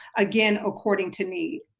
again according to need,